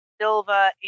Silva